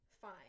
fine